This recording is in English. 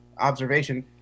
observation